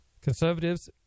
conservatives